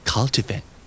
Cultivate